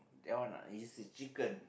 that one lah it is a chicken